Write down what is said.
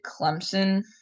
Clemson